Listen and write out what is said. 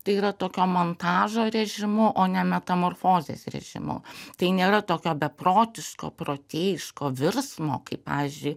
tai yra tokio montažo režimu o ne metamorfozės režimu tai nėra tokio beprotiško protėjiško virsmo kaip pavyzdžiui